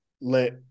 let